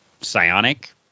psionic